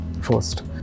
first